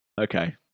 Okay